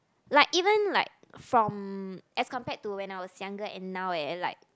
like even like from as compared to when I was younger and now eh like